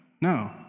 No